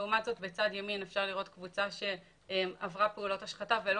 לעומת זאת בצד ימין אפשר לראות קבוצה שעברה פעולות השחתה ולא